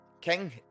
King